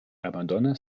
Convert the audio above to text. abandona